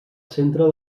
centre